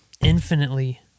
infinitely